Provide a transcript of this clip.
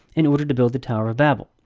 in order to build the tower of babel.